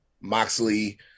Moxley